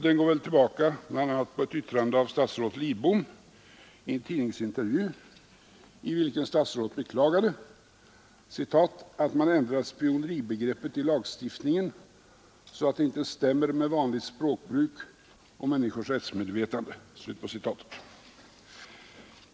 Den går tillbaka bl.a. på ett yttrande av statsrådet Lidbom i en tidningsintervju, i vilken statsrådet beklagade ”att man ändrat spioneribegreppet i lagstiftningen så att det inte stämmer med vanligt språkbruk och människors rättsmedvetande”.